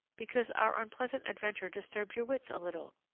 because our unpleasant adventure disturbed your wits a little.